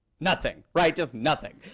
nothing, right, just nothing.